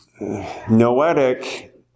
Noetic